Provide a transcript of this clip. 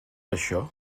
això